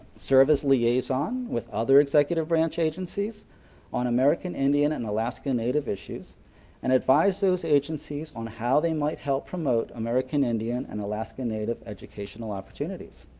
service liaison with other executive branch agencies on american indian and alaskan native issues and advise those agencies on how they might help promote american indian and alaskan native educational opportunities.